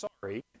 sorry